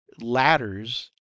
ladders